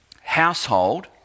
household